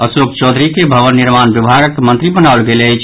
अशोक चौधरी के भवन निर्माण विभागक मंत्री बनाओल गेल अछि